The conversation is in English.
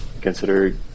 consider